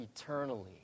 eternally